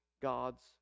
God's